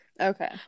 Okay